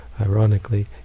ironically